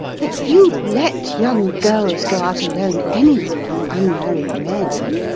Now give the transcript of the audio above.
that you'd let young girls go out alone anywhere with unmarried men?